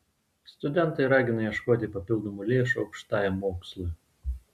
studentai ragina ieškoti papildomų lėšų aukštajam mokslui